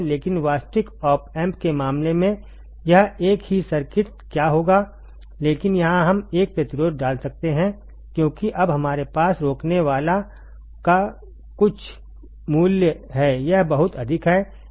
लेकिन वास्तविक op amp के मामले में यह एक ही सर्किट क्या होगा लेकिन यहां हम एक प्रतिरोध डाल सकते हैं क्योंकि अब हमारे पास रोकनेवाला का कुछ मूल्य है यह बहुत अधिक है लेकिन अभी भी यह वहां है